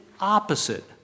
opposite